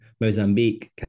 Mozambique